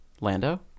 Lando